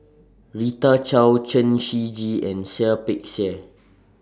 Rita Chao Chen Shiji and Seah Peck Seah